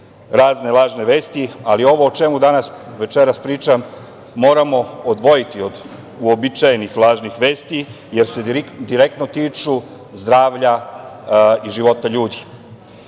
razne lažne vesti, ali ovo o čemu večeras pričam moramo odvojiti uobičajenih lažnih vesti, jer se direktno tiču zdravlja i života ljudi.